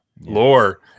lore